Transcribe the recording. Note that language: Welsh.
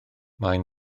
maen